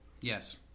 yes